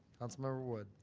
councilmember wood.